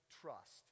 trust